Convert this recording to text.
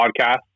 podcast